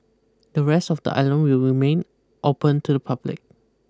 the rest of the island will remain open to the public